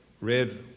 read